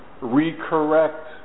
re-correct